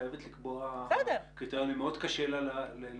חייבת לקבוע קריטריונים ומאוד קשה לה לרדת